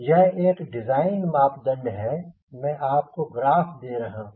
यह एक डिज़ाइन मापदंड है मैं आपको ग्राफ दे रहा हूँ